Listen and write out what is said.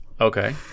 Okay